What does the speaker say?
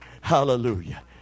Hallelujah